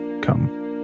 come